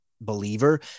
believer